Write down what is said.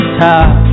top